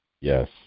Yes